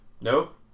nope